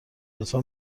لطفا